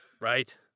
Right